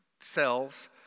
cells